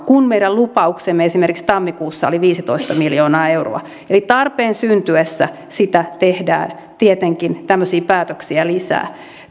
kun meidän lupauksemme esimerkiksi tammikuussa oli viisitoista miljoonaa euroa eli tarpeen syntyessä tehdään tietenkin tämmöisiä päätöksiä lisää myöskin